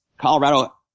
Colorado